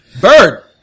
Bird